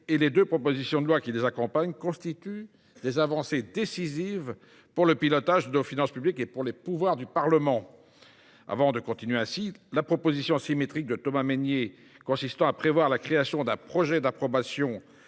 et les deux propositions de loi qui les accompagnent constituent des avancées décisives pour le pilotage de nos finances publiques et pour les pouvoirs du Parlement. […] La proposition symétrique de Thomas Mesnier, consistant à prévoir la création d’un projet d’approbation